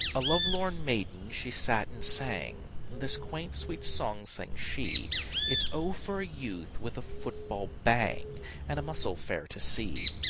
a lovelorn maiden she sat and sang this quaint, sweet song sang she it's o for a youth with a football bang and a muscle fair to see!